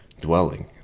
dwelling